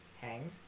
Hanged